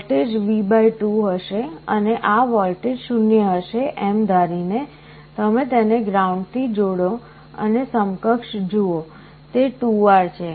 voltage V2 હશે અને આ વોલ્ટેજ 0 હશે એમ ધારીને તમે તેને ગ્રાઉન્ડ થી જોડો અને સમકક્ષ જુઓ તે 2R છે